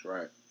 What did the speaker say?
Right